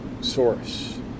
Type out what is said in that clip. source